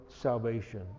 salvation